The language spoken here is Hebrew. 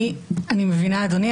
אני מבינה, אדוני.